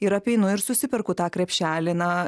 ir apeinu ir susiperku tą krepšelį na